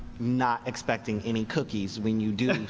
not expecting any cookies when you do